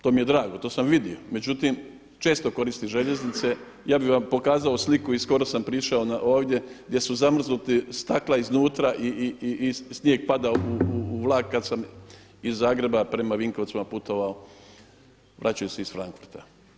To mi je drago, to sam vidio, međutim često koristim željeznice, ja bih vam pokazao sliku i skoro sam prišao ovdje gdje su zamrznuti stakla iznutra i snijeg pada u vlak kada sam iz Zagreba prema Vinkovcima putovao vraćajući se iz Frankfurta.